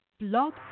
blog